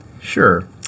Sure